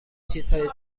چیزهای